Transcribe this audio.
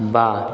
বা